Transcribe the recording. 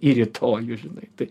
į rytojų žinai tai